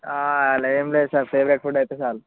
అలా ఏం లేదు సార్ ఫేవరెట్ ఫుడ్ అయితే చాలు